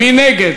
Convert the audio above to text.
מי נגד?